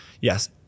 yes